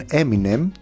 Eminem